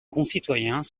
concitoyens